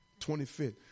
25th